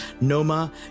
Noma